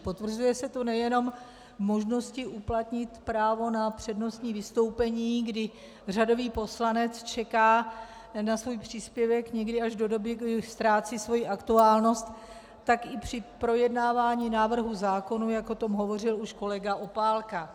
Potvrzuje se to nejenom v možnosti uplatnit právo na přednostní vystoupení, kdy řadový poslanec čeká na svůj příspěvek někdy až do doby, kdy ztrácí svoji aktuálnost, tak i při projednávání návrhů zákonů, jak o tom hovořil už kolega Opálka.